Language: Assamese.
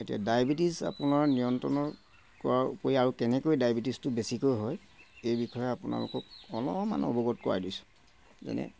এতিয়া ডায়েবেটিছ আপোনাৰ নিয়ন্ত্ৰণ কৰাৰ উপৰি আৰু কেনেকৈ ডায়েবেটিছটো বেছিকৈ হয় এই বিষয়ে আপোনালোকক অলপমান অৱগত কৰাই দিছোঁ যেনে